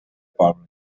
poble